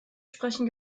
sprechen